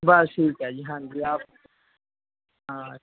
ਬਸ ਠੀਕ ਹੈ ਜੀ ਹਾਂਜੀ ਆਪ ਹਾਂ